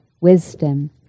wisdom